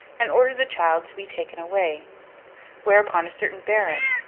and ordered the child to be taken away whereupon a certain baron,